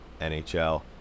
NHL